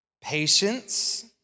patience